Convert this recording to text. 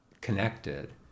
connected